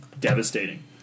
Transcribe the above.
devastating